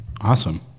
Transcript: Awesome